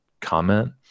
comment